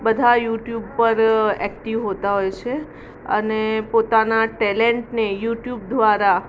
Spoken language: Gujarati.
બધા યુટ્યુબ પર એક્ટિવ હોતાં હોય છે અને પોતાનાં ટેલેન્ટને યુટ્યુબ દ્વારા